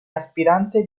aspirante